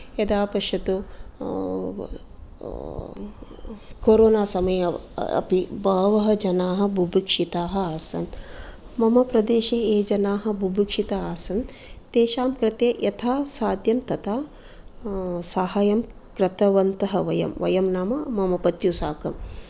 यदा पश्यतु कोरोना समये अव अपि बहवः जनाः बुभुक्षिताः आसन् मम प्रदेशे ये जनाः बुभुक्षिता आसन् ततेषां कृते यथा साद्यं तथा सहाय्यं कृतवन्तः वयं वयं नाम मम पत्युः साकं